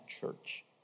church